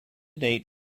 date